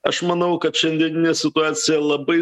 aš manau kad šiandieninė situacija labai